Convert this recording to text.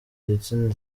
gitsina